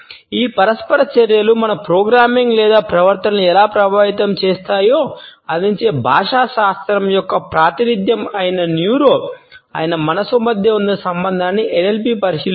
ఈ పరస్పర చర్యలు మన ప్రోగ్రామింగ్ లేదా ప్రవర్తనను ఎలా ప్రభావితం చేస్తాయో అందించే భాషాశాస్త్రం యొక్క ప్రాతినిధ్యం అయిన న్యూరో అయిన మనస్సు మధ్య ఉన్న సంబంధాన్ని ఎన్ఎల్పి పరిశీలిస్తుంది